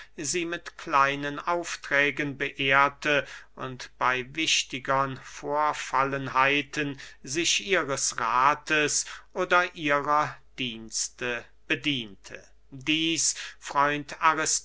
sie mit kleinen aufträgen beehrte und bey wichtigern vorfallenheiten sich ihres rathes oder ihrer dienste bediente dieß freund